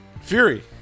fury